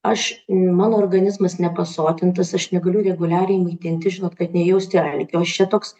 aš mano organizmas nepasotintas aš negaliu reguliariai maitintis žinot kad nejausti alkio aš čia toks